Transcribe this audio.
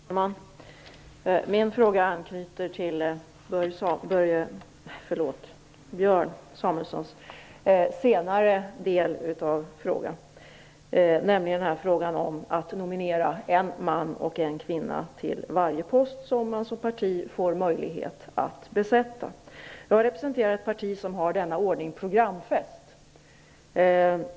Herr talman! Min fråga anknyter till det Björn Samuelson tog upp i sitt senare inlägg, nämligen principen att nominera en man och en kvinna till varje post som ett parti får möjlighet att besätta. Jag representerar ett parti som har denna ordning programfäst.